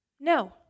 No